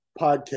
podcast